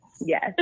Yes